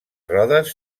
rodes